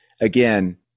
again